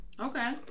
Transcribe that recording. Okay